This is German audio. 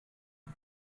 und